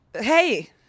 Hey